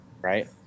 right